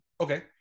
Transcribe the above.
Okay